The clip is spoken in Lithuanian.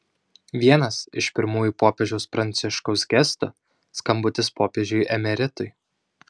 vienas iš pirmųjų popiežiaus pranciškaus gestų skambutis popiežiui emeritui